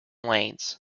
lanes